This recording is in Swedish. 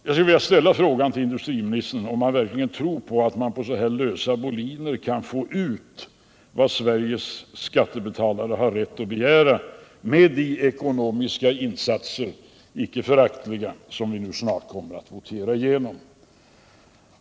Jag skulle vilja ställa frågan till industriministern om han verkligen tror att man på så lösa boliner kan få ut vad Sveriges skattebetalare har rätt att begära av de ekonomiska insatser, icke föraktliga, som vi nu snart kommer att votera igenom.